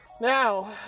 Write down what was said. Now